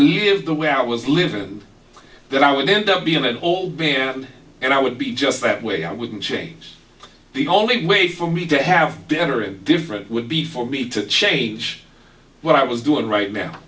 live the way i was living and then i would end up being an old man and i would be just that way i wouldn't change the only way for me to have better and different would be for me to change what i was doing right now